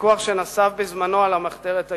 בוויכוח שנסב בזמנו על המחתרת היהודית,